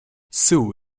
sue